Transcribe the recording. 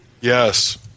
yes